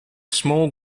small